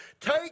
Take